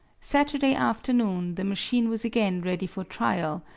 saturday afternoon the machine was again ready for trial,